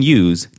use